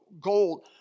gold